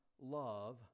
love